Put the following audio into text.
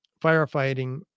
firefighting